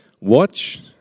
Watch